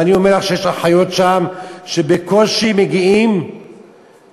ואני אומר לך שיש אחיות שם שבקושי מגיעות למצב,